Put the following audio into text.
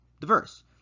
diverse